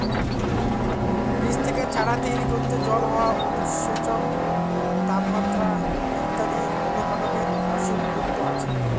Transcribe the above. বীজ থেকে চারা তৈরি করতে জল, হাওয়া, উৎসেচক, তাপমাত্রা ইত্যাদি অনুঘটকের অসীম গুরুত্ব আছে